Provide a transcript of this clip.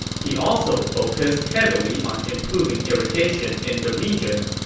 he also focused heavily on improving irrigation in the region.